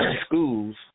schools